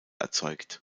erzeugt